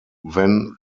wen